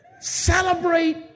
Celebrate